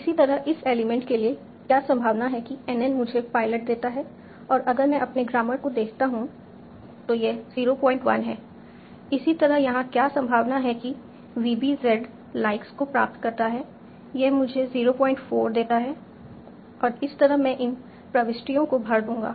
इसी तरह इस एलिमेंट के लिए क्या संभावना है कि NN मुझे पायलट देता है और अगर मैं अपने ग्रामर को देखता हूं तो यह 01 है इसी तरह यहां क्या संभावना है कि VBZ लाइक्स को प्राप्त करता है यह मुझे 04 देता है और इस तरह मैं इन प्रविष्टियों को भर दूंगा